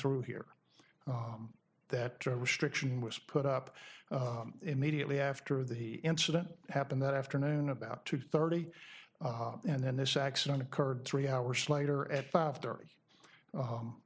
through here that restriction was put up immediately after the incident happened that afternoon about two thirty and then this accident occurred three hours later at five thirty